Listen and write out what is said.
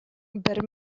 бер